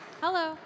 Hello